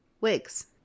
Wigs